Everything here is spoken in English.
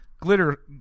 glitter